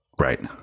Right